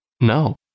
No